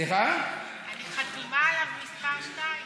אם זאת זכותו